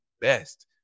Best